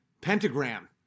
pentagram